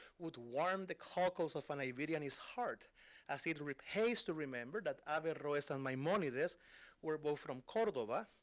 would warm the cockles of and iberianist's heart as it repays to remember that averroes and maimonides were both from cordova,